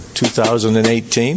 2018